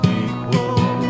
equal